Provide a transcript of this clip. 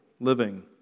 living